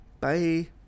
Bye